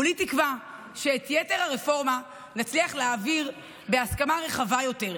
כולי תקווה שאת יתר הרפורמה נצליח להעביר בהסכמה רחבה יותר.